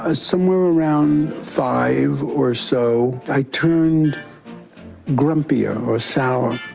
ah somewhere around five or so, i turned grumpier or sour.